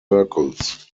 circles